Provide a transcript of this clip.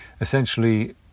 essentially